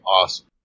awesome